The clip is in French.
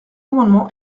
amendement